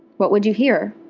what would you hear?